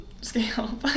Scale